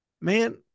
man